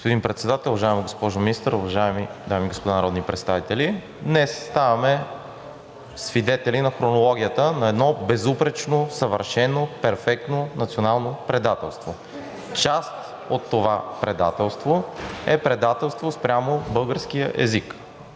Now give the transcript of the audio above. Господин Председател, уважаема госпожо Министър, уважаеми дами и господа народни представители! Днес ставаме свидетели на хронологията на едно безупречно, съвършено, перфектно национално предателство. Част от това предателство е предателство спрямо българския език,